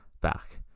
back